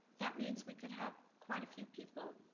that means we could have quite a few people